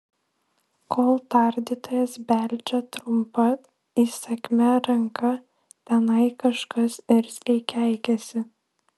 kol tardytojas beldžia trumpa įsakmia ranka tenai kažkas irzliai keikiasi